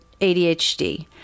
ADHD